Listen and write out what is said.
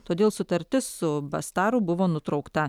todėl sutartis su bastaru buvo nutraukta